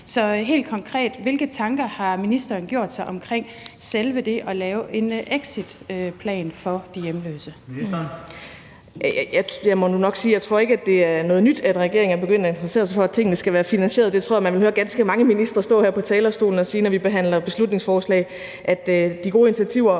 det her pres. Så hvilke tanker har ministeren helt konkret gjort sig omkring selve det at lave en exitplan for de hjemløse?